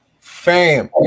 fam